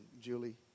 Julie